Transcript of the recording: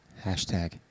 Hashtag